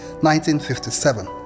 1957